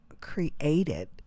created